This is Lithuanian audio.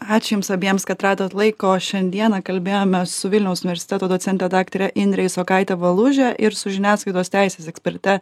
ačiū jums abiems kad radot laiko šiandieną kalbėjomės su vilniaus universiteto docente daktare indre isokaite valuže ir su žiniasklaidos teisės eksperte